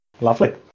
Lovely